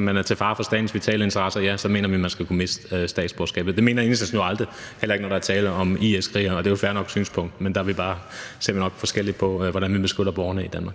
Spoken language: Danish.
man er til fare for statens vitale interesser, ja, så mener vi, at man skal kunne miste statsborgerskabet. Det mener Enhedslisten jo aldrig, heller ikke, når der er tale om IS-krigere, og det er et fair nok synspunkt, men der ser vi nok forskelligt på, hvordan man beskytter borgerne i Danmark.